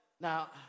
Now